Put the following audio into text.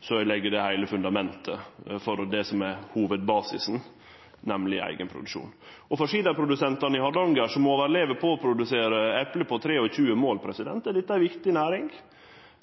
så øydelegg det heile fundamentet for det som er hovudbasisen, nemleg eigenproduksjonen. For siderprodusentane i Hardanger, som overlever på å produsere eple på 23 mål, er nettopp dette ei viktig næring